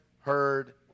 heard